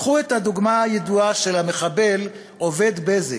קחו את הדוגמה הידועה של המחבל עובד "בזק",